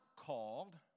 called